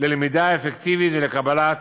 ללמידה אפקטיבית ולקבלת